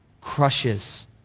crushes